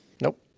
Nope